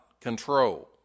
control